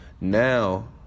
now